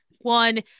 one